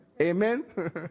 Amen